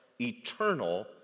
eternal